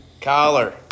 Collar